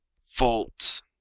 fault